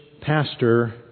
pastor